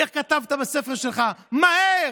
איך כתבת בספר שלך: מהר,